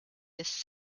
this